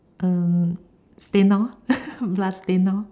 um stain lor blood stain lor